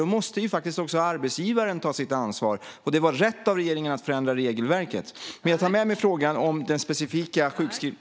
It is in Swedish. Då måste också arbetsgivaren ta sitt ansvar, och det var rätt av regeringen att förändra regelverket. Men jag tar med mig den specifika frågan.